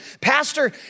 Pastor